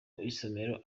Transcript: isomero